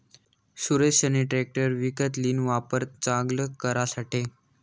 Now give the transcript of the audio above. सुरेशनी ट्रेकटर विकत लीन, वावर चांगल करासाठे